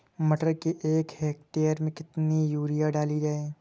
मटर के एक हेक्टेयर में कितनी यूरिया डाली जाए?